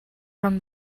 from